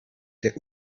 der